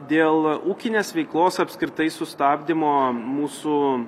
dėl ūkinės veiklos apskritai sustabdymo mūsų